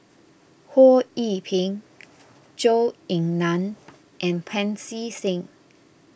Ho Yee Ping Zhou Ying Nan and Pancy Seng